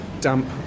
damp